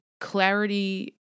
clarity